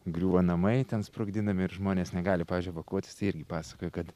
griūva namai ten sprogdinami ir žmonės negali pavyzdžiui evakuotis tai irgi pasakojo kad